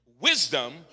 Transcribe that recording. Wisdom